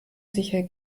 sicher